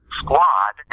squad